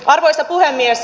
arvoisa puhemies